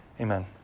Amen